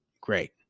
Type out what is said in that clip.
great